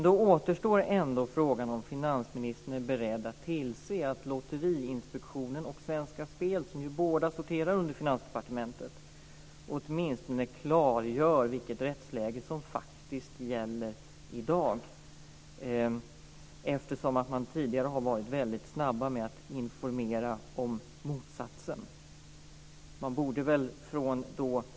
Då återstår ändå frågan om finansministern är beredd att tillse att Lotterinspektionen och Svenska Spel, som båda sorterar under Finansdepartementet, åtminstone klargör vilket rättsläge som gäller i dag, eftersom de tidigare har varit väldigt snabba att informera om motsatsen.